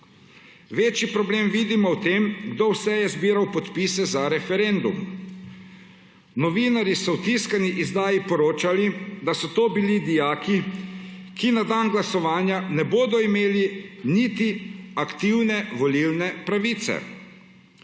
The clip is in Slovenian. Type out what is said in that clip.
Večji problem vidimo v tem, kdo vse je zbiral podpise za referendum. Novinarji so v tiskani izdajo poročali, da so to bili dijaki, ki na dan glasovanja ne bodo imeli niti aktivne volilne pravice,